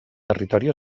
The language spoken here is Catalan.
territori